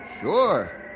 Sure